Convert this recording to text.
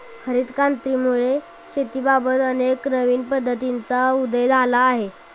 हरित क्रांतीमुळे शेतीबाबत अनेक नवीन पद्धतींचा उदय झाला आहे